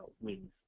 wings